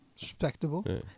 respectable